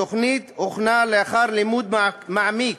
התוכנית הוכנה לאחר לימוד מעמיק